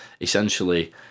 essentially